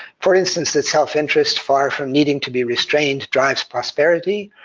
for instance, that self-interest, far from needing to be restrained, drives prosperity,